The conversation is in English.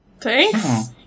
Thanks